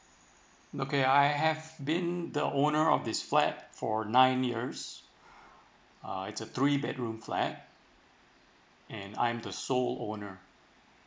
okay I have been the owner of this flat for nine years uh it's a three bedroom flat and I'm the sole owner